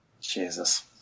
Jesus